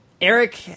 Eric